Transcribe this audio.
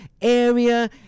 area